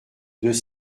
deux